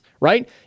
right